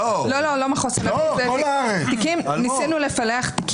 את לא יכולה לדבר על התנשאות ולנופף ככה.